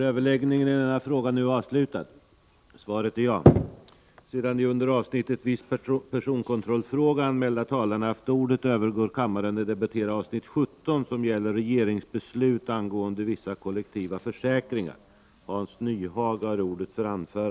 Sedan de under avsnittet Viss personalkontrollfråga anmälda talarna nu haft ordet övergår kammaren till att debattera avsnitt 17: Regeringsbeslut angående vissa kollektiva försäkringar.